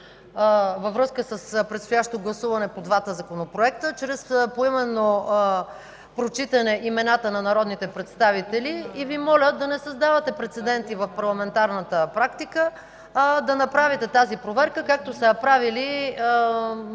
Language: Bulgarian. във връзка с предстоящото гласуване на двата законопроекта чрез поименно прочитане имената на народните представители. Моля Ви, да не създавате прецеденти в парламентарната практика, а да направите тази проверка, както са я правили много